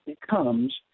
becomes